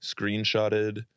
screenshotted